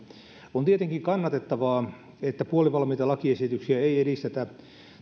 on tietenkin kannatettavaa että puolivalmiita lakiesityksiä ei edistetä